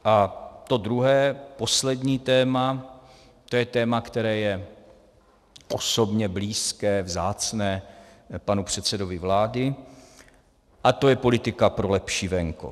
A to druhé, poslední téma, to je téma, které je osobně blízké, vzácné panu předsedovi vlády, a to je politika pro lepší venkov.